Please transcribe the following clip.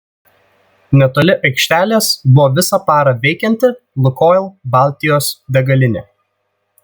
netoli aikštelės buvo visą parą veikianti lukoil baltijos degalinė